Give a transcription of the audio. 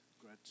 great